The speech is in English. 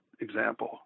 example